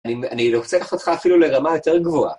אני רוצה לקחת אותך אפילו לרמה יותר גבוהה.